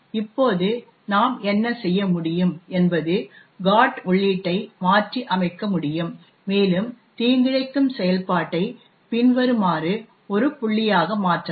இப்போது நாம் என்ன செய்ய முடியும் என்பது GOT உள்ளீட்டை மாற்றியமைக்க முடியும் மேலும் தீங்கிழைக்கும் செயல்பாட்டை பின்வருமாறு ஒரு புள்ளியாக மாற்றலாம்